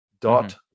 dot